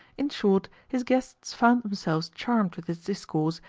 in short, his guests found themselves charmed with his discourse,